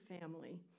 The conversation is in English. family